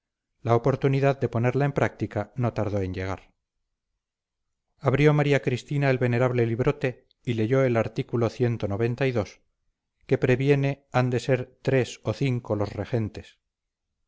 la oportunidad de ponerla en práctica no tardó en llegar abrió maría cristina el venerable librote y leyó el art que previene han de ser tres o cinco los regentes